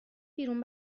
بیرون